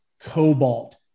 cobalt